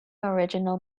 original